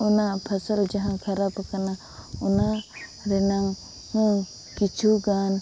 ᱚᱱᱟ ᱯᱷᱚᱥᱚᱞ ᱡᱟᱦᱟᱸ ᱠᱷᱟᱨᱟᱯ ᱠᱟᱱᱟ ᱚᱱᱟ ᱨᱮᱱᱟᱝ ᱦᱮᱸ ᱠᱤᱪᱷᱩᱜᱟᱱ